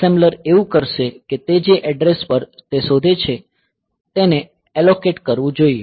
assembler એવું કરશે કે તે જે એડ્રેસ પર તે શોધે છે તેને એલોકેટ કરવું જોઈએ